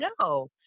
no